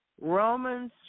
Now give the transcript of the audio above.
Romans